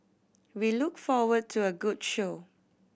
we look forward to a good show